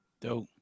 Dope